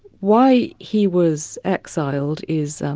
why he was exiled is